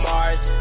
Mars